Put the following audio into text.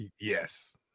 Yes